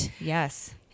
Yes